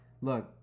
look